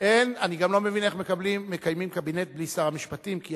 אין שום ישיבה של הממשלה.